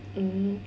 mmhmm